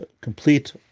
complete